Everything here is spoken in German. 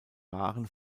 waren